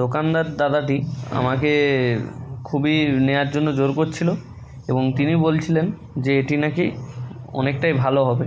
দোকানদার দাদাটি আমাকে খুবই নেওয়ার জন্য জোর করছিল এবং তিনি বলছিলেন যে এটি না কি অনেকটাই ভালো হবে